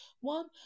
one